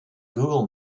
google